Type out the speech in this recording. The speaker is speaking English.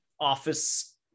office